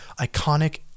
iconic